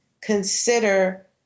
consider